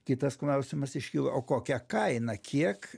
kitas klausimas iškilo o kokia kaina kiek